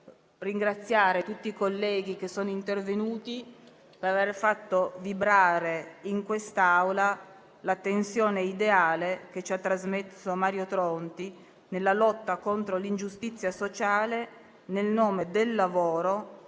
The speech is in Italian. ringraziare tutti i colleghi che sono intervenuti, per aver fatto vibrare in quest'Aula la tensione ideale che ci ha trasmesso Mario Tronti nella lotta contro l'ingiustizia sociale, nel nome del lavoro, dei suoi